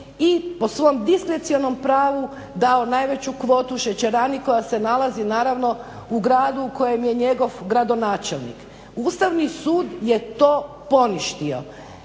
i po svom diskrecionom pravu dao najveću kvotu šećerani koje se nalazi naravno u gradu u kojem je njegov gradonačelnik. Ustavni sud je to poništio.